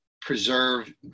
preserve